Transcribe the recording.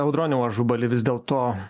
audroniau ažubali vis dėlto